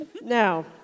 Now